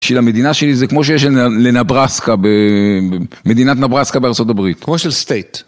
של המדינה שלי זה כמו שיש לנברסקה במדינת נברסקה בארה״ב כמו של סטייט